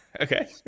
Okay